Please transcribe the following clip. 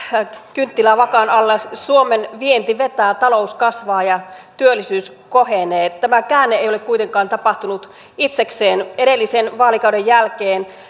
kynttilää vakan alla suomen vienti vetää talous kasvaa ja työllisyys kohenee tämä käänne ei ole kuitenkaan tapahtunut itsekseen edellisen vaalikauden jälkeen